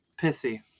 pissy